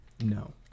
No